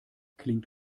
klingt